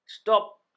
stop